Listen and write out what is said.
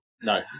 No